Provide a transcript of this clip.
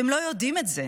אתם לא יודעים את זה